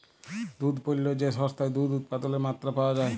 দুহুদ পল্য যে সংস্থায় দুহুদ উৎপাদলের মাত্রা পাউয়া যায়